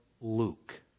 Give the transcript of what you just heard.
Luke